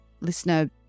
listener